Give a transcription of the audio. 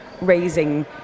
raising